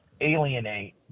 alienate